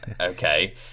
okay